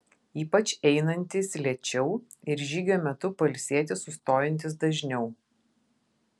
ypač einantys lėčiau ir žygio metu pailsėti sustojantys dažniau